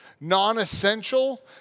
non-essential